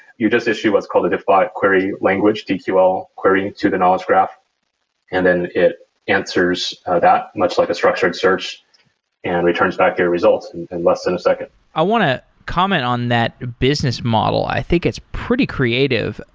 you just issue what's called a diffbot query language, dql query to the knowledge graph and then it answers that much like a structured search and returns back their results in and less than a second i want to comment on that business model. i think it's pretty creative.